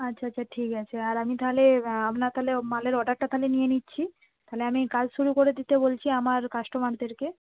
আচ্ছা আচ্ছা ঠিক আছে আর আমি তাহলে আপনার তাহলে মালের অর্ডারটা তাহলে নিয়ে নিচ্ছি তাহলে আমি কাজ শুরু করে দিতে বলছি আমার কাস্টমারদেরকে